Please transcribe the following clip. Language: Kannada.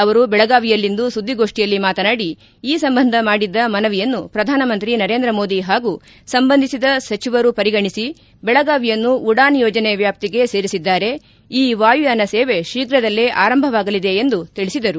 ಅವರು ಬೆಳಗಾವಿಯಲ್ಲಿಂದು ಸುದ್ದಿಗೋಷ್ಟಿಯಲ್ಲಿ ಮಾತನಾಡಿ ಈ ಸಂಬಂಧ ಮಾಡಿದ್ದ ಮನವಿಯನ್ನು ಪ್ರಧಾನಮಂತ್ರಿ ನರೇಂದ್ರ ಮೋದಿ ಹಾಗೂ ಸಂಬಂಧಿಸಿದ ಸಚಿವರು ಪರಿಗಣಿಸಿ ಬೆಳಗಾವಿಯನ್ನು ಉಡಾನ್ ಯೋಜನೆ ವ್ಯಾಪ್ತಿಗೆ ಸೇರಿಸಿದ್ದಾರೆ ಈ ವಾಯುಯಾನಸೇವೆ ಶೀಘದಲ್ಲೇ ಆರಂಭವಾಗಲಿದೆ ಎಂದು ತಿಳಿಸಿದರು